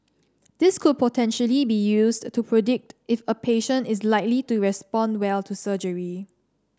this could potentially be used to predict if a patient is likely to respond well to surgery